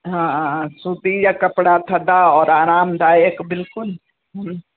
हा सूती जा कपिड़ा थधा और आरामदायक बिल्कुलु हम्म